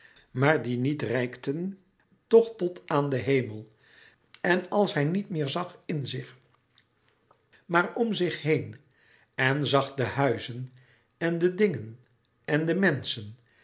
maar die niet reikten toch tot aan den hemel en als hij niet meer zag in zich maar om zich heen en zag de huizen en de dingen en de menschen